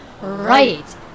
right